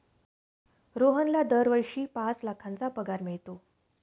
रोहनला दरवर्षी पाच लाखांचा पगार मिळतो